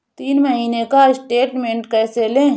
तीन महीने का स्टेटमेंट कैसे लें?